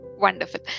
Wonderful